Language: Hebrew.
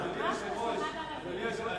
אנחנו רוצים תרגום בבקשה.